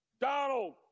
Donald